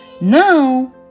now